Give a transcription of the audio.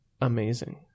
amazing